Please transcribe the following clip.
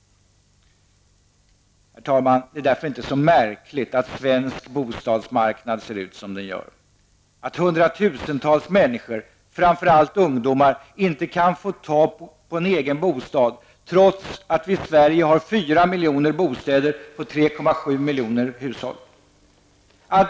Herr talman! Det är därför inte så märkligt att svensk bostadsmarknad ser ut som den gör. Hundratusentals människor, framför allt ungdomar, kan inte få tag på en egen bostad, trots att vi i Sverige har 4 miljoner bostäder på 3,7 miljoner hushåll.